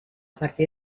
partir